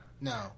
No